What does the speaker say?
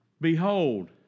behold